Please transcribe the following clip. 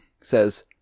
says